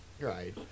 right